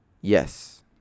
Yes